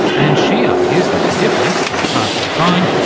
and she argues that the difference, though hard to define,